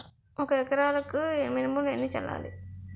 ఒక ఎకరాలకు మినువులు ఎన్ని చల్లాలి?